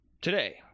Today